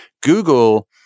google